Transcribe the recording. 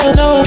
no